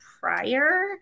prior